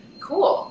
cool